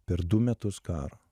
per du metus karo